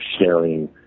sharing